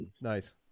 Nice